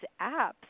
apps